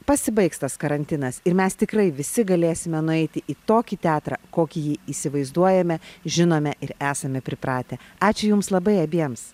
pasibaigs tas karantinas ir mes tikrai visi galėsime nueiti į tokį teatrą kokį jį įsivaizduojame žinome ir esame pripratę ačiū jums labai abiems